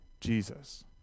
Jesus